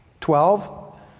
Twelve